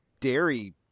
dairy